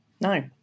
No